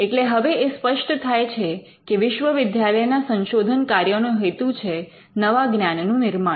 એટલે હવે એ સ્પષ્ટ થાય છે કે વિશ્વવિદ્યાલયના સંશોધન કાર્યનો હેતુ છે નવા જ્ઞાનનું નિર્માણ